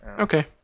Okay